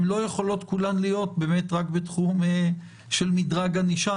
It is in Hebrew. לא כולן יכולות להיות בתחום של מדרג ענישה.